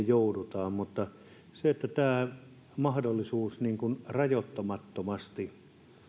joudutaan mutta tämä mahdollisuus rajoittamattomasti